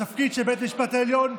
התפקיד של בית המשפט העליון,